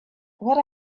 what